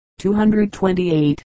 228